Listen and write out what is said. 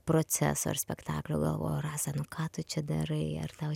proceso ar spektaklio galvoju rasa nu ką tu čia darai ar tau